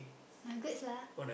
nuggets lah